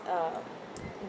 uh